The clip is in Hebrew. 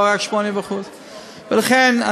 לא רק 80%. לכן,